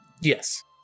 Yes